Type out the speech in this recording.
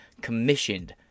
commissioned